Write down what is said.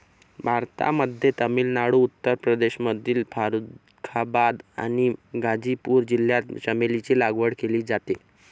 भारतामध्ये तामिळनाडू, उत्तर प्रदेशमधील फारुखाबाद आणि गाझीपूर जिल्ह्यात चमेलीची लागवड केली जाते